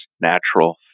natural